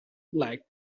like